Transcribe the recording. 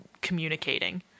communicating